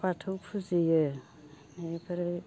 बाथौ फुजियो बेनिफ्राय